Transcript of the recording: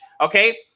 Okay